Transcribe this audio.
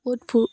বহুত ফু